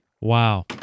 wow